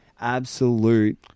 absolute